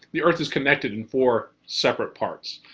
the earth is connected in four separate parts.